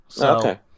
Okay